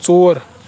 ژور